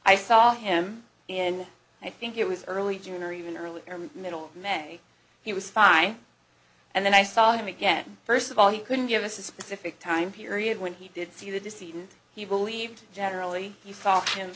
i saw him in i think it was early june or even early middle men he was fine and then i saw him again first of all he couldn't give us a specific time period when he did see the deceit and he believed generally you saw him